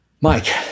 Mike